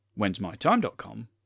whensmytime.com